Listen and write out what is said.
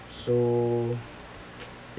so